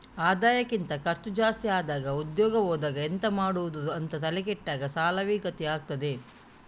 ಆದಾಯಕ್ಕಿಂತ ಖರ್ಚು ಜಾಸ್ತಿ ಆದಾಗ ಉದ್ಯೋಗ ಹೋದಾಗ ಎಂತ ಮಾಡುದು ಅಂತ ತಲೆ ಕೆಟ್ಟಾಗ ಸಾಲವೇ ಗತಿ ಆಗ್ತದೆ